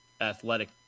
athletic